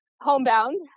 homebound